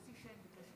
תודה